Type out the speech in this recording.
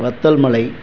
Vathal Malai